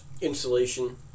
insulation